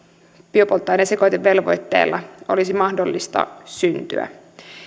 biopolttoaineen sekoitevelvoitteella olisi mahdollista syntyä